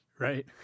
Right